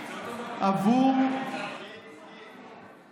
עבור, בזכותך